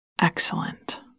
excellent